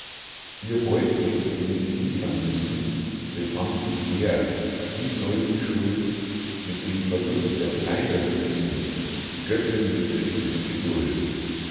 ihr beutel den sie liefern müssen befand sich leer sie soll die schuld mit dem verlust der kleider büßen die göttin litt es mit geduld